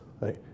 right